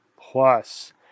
plus